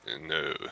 No